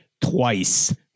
twice